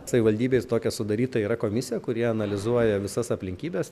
savivaldybės tokia sudaryta yra komisija kuri analizuoja visas aplinkybes